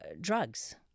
drugs